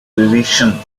position